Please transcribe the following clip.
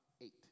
eight